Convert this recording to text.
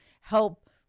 help